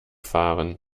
fahren